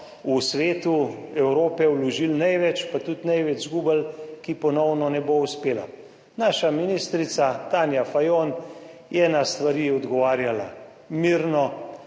v Svetu Evrope vložili največ, pa tudi največ izgubili, ki ponovno ne bo uspela. Naša ministrica Tanja Fajon je na stvari odgovarjala mirno,